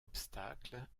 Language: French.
obstacle